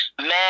Man